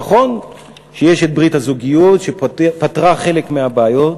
נכון שיש את ברית הזוגיות שפתרה חלק מהבעיות,